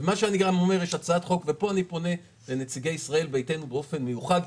יש הצעת חוק ופה אני פונה לנציגי ישראל ביתנו באופן מיוחד,